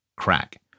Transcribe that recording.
crack